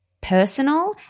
personal